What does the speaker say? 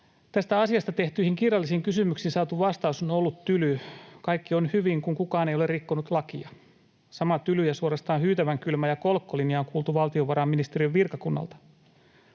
Tästä asiasta tehtyihin kirjallisiin kysymyksiin saatu vastaus on ollut tyly. Kaikki on hyvin, kun kukaan ei ole rikkonut lakia. Sama tyly ja suorastaan hyytävän kylmä ja kolkko linja on kuultu valtiovarainministeriön virkakunnalta.